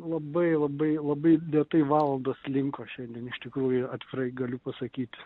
labai labai labai lėtai valandos slinko šiandien iš tikrųjų atvirai galiu pasakyt